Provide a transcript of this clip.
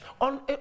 on